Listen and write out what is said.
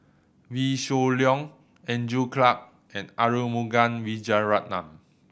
Wee Shoo Leong Andrew Clarke and Arumugam Vijiaratnam